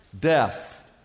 death